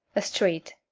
a street